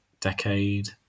decade